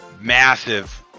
massive